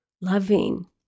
loving